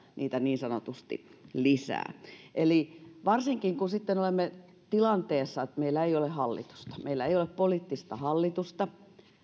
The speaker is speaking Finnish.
niitä niin sanotusti lisää varsinkin kun olemme siinä tilanteessa että meillä ei ole hallitusta meillä ei ole poliittista hallitusta